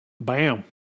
bam